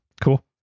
Cool